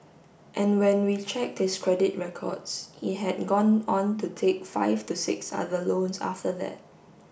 and when we checked his credit records he had gone on to take five to six other loans after that